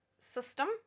system